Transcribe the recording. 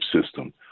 system